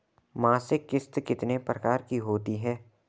मासिक किश्त कितने प्रकार की होती है?